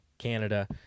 canada